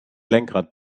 lenkrad